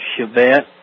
Chevette